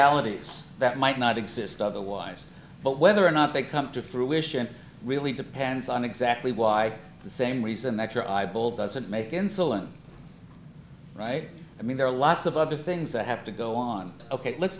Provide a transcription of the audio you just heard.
potentiality that might not exist otherwise but whether or not they come to fruition really depends on exactly why the same reason that your eyeball doesn't make insulin right i mean there are lots of other things that have to go on ok let's